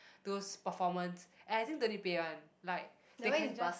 those performance and I think don't need pay one like they can just